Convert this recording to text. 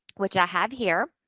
which i have here.